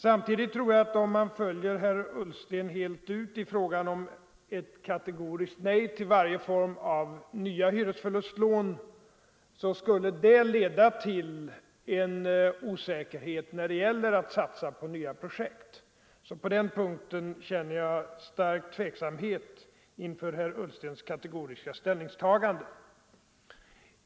Samtidigt tror jag att ett fullföljande av herr Ullstens tanke om ett kategoriskt nej till varje form av nya hyresförlustlån också skulle leda till en osäkerhet när det gäller att satsa på nya projekt. På den punkten känner jag alltså stark tveksamhet inför herr Ullstens kategoriska ställningstagande.